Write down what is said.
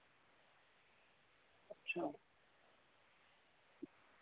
अच्छा